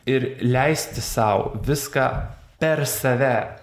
ir leisti sau viską per save